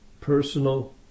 personal